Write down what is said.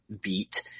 beat